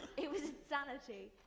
it was astonishing.